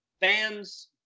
Fans